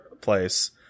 place